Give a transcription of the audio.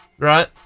Right